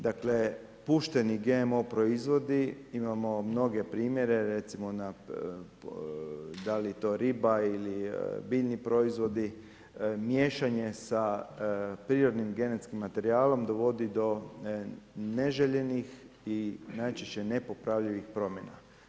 Dakle, pušteni GMO proizvodi, imamo mnoge primjere, recimo, da li je to riba ili biljni proizvodi, miješanje sa prirodnim genetskim materijalom dovodi do neželjenih i najčešće nepopravljivih promjena.